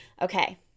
okay